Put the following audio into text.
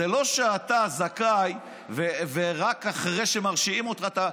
זה לא שאתה זכאי עד אחרי שמרשיעים אותך.